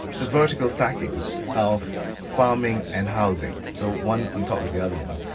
the vertical stacking of farming and housing. so one on top of the other one.